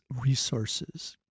resources